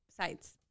sides